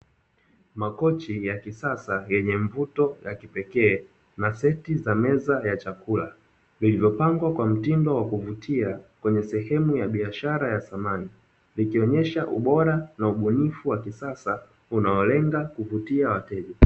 Makochi ya kisasa yenye mvuto ya kipekee na seti za meza ya chakula zilizopangwa kwa mtindo wa kuvutia kwenye sehemu ya biashara ya samani. Vikionyesha ubora na ubunifu wa kisasa unaolenga kuvutia wateja.